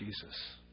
Jesus